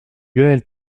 lionel